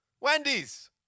Wendy's